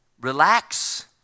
relax